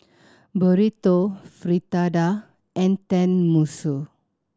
Burrito Fritada and Tenmusu